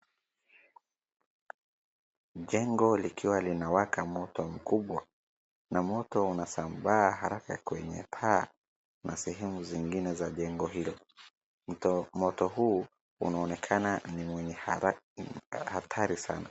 Jengo likiwa linawaka moto mkubwa na moto unasambaa haraka kwenye paa na sehemu zingine za jengo hilo. Moto huu unaonekana ni mwenye hatari sana.